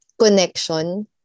connection